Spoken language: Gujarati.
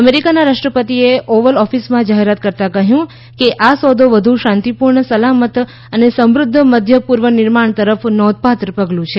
અમેરિકાના રાષ્ટ્રપતિએ ઓવલ ઓફિસમાં જાહેરાત કરતાં કહ્યું કે આ સોદો વધુ શાંતિપૂર્ણ સલામત અને સમૃધ્ધ મધ્ય પૂર્વ નિર્માણ તરફ નોંધપાત્ર પગલું છે